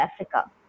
Africa